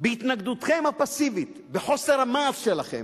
בהתנגדותכם הפסיבית, בחוסר המעש שלכם,